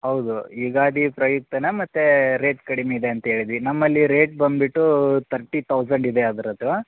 ಹೌದು ಯುಗಾದಿ ಪ್ರಯುಕ್ತನೆ ಮತ್ತೆ ರೇಟ್ ಕಡಿಮೆ ಇದೆ ಅಂತೇಳಿದ್ವಿ ನಮ್ಮಲ್ಲಿ ರೇಟ್ ಬಂದ್ಬಿಟ್ಟು ತರ್ಟಿ ತೌಸಂಡ್ ಇದೆ ಅದರದ್ದು